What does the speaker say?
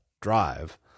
Drive